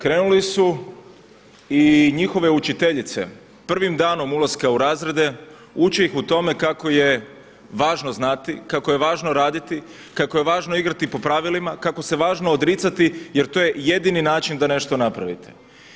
Krenuli su i njihove učiteljice prvim danom ulaska u razrede uče ih o tome kako je važno znati, kako je važno raditi, kako je važno igrati po pravilima, kako se važno odricati jer to je jedini način da nešto napravite.